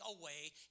away